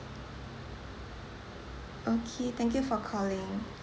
okay thank you for calling